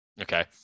okay